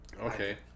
Okay